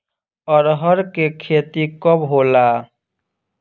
अरहर के खेती कब होला?